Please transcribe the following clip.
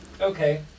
Okay